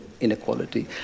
inequality